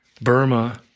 Burma